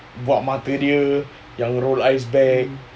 buat mata dia yang roll eyes back